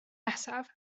nesaf